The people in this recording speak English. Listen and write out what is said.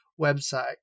website